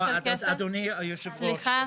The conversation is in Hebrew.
אדוני היושב ראש,